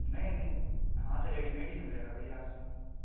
नहीं नहीं हाँ तो रेडीमेड ही मिलेगा भैया आपको